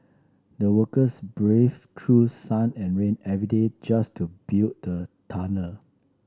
the workers braved through sun and rain every day just to build the tunnel